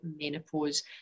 menopause